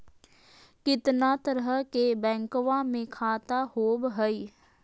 कितना तरह के बैंकवा में खाता होव हई?